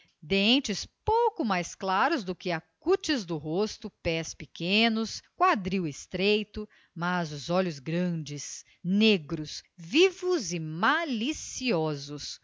dentes pouco mais claros do que a cútis do rosto pés pequeninos quadril estreito mas os olhos grandes negros vivos e maliciosos